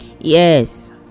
yes